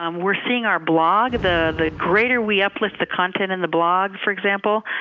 um we're seeing our blog, the greater we uplift the content in the blog for example,